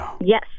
Yes